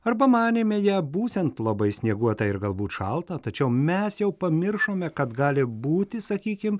arba manėme ją būsiant labai snieguotą ir galbūt šaltą tačiau mes jau pamiršome kad gali būti sakykim